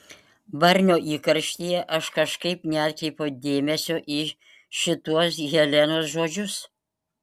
barnio įkarštyje aš kažkaip neatkreipiau dėmesio į šituos helenos žodžius